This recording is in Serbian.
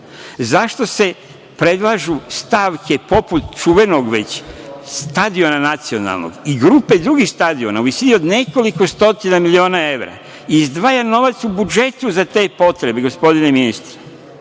Zašto se predlažu stavke poput čuvenog nacionalnog stadiona i grupe drugih stadiona u visini od nekoliko stotina miliona evra i izdvaja novac u budžetu za te potrebe, gospodine ministre